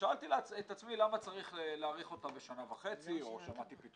ולכן אני שאלתי את עצמי למה צריך להאריך אותה בשנה וחצי או שנתיים.